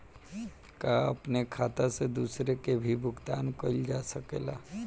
का अपने खाता से दूसरे के भी भुगतान कइल जा सके ला?